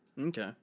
Okay